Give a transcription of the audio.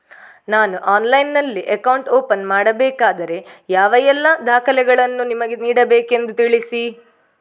ನಾನು ಆನ್ಲೈನ್ನಲ್ಲಿ account open ಮಾಡಬೇಕಾದರೆ ಯಾವ ಎಲ್ಲ ದಾಖಲೆಗಳನ್ನು ನಿಮಗೆ ನೀಡಬೇಕೆಂದು ತಿಳಿಸಿ?